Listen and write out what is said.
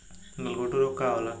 गलघोंटु रोग का होला?